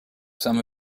some